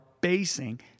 basing